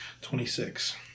twenty-six